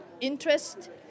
interest